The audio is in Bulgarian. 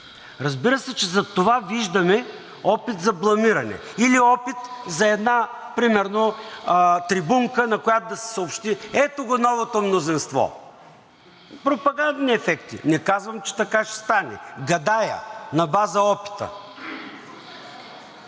Разбира се, че зад това виждаме опит за бламиране или опит за една примерно трибунка, на която да се съобщи: „Ето го новото мнозинство.“ Пропагандни ефекти. Не казвам, че така ще стане, гадая на база опита.